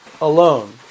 alone